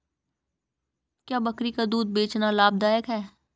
क्या बकरी का दूध बेचना लाभदायक है?